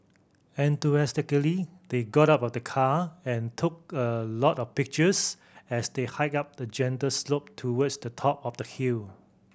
enthusiastically they got out of the car and took a lot of pictures as they hiked up a gentle slope towards the top of the hill